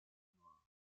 noire